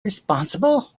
responsible